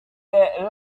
their